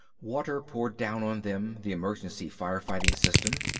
water poured down on them, the emergency fire-fighting system.